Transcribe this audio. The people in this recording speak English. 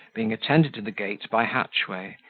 being attended to the gate by hatchway,